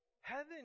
Heaven